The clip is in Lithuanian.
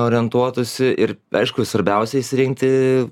orientuotųsi ir aišku svarbiausia išsirinkti